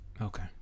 okay